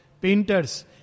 painters